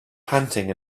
panting